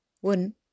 One